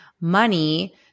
money